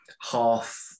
half